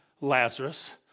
Lazarus